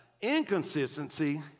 inconsistency